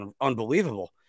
unbelievable